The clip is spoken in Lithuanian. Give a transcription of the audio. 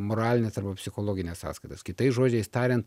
moralines psichologines sąskaitas kitais žodžiais tariant